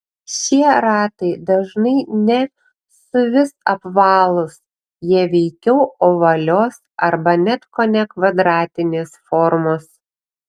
šie ratai dažnai ne suvis apvalūs jie veikiau ovalios arba net kone kvadratinės formos